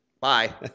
Bye